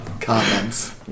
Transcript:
comments